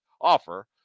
offer